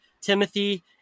Timothy